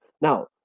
Now